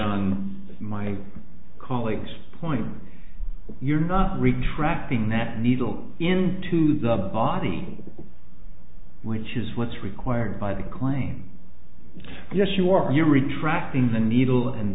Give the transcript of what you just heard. on my colleague's point you're not retracting that needle into the body which is what's required by the claim yes you are you're retracting the needle and